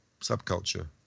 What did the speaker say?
subculture